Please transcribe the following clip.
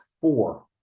four